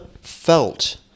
felt